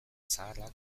zaharrak